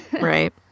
Right